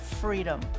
freedom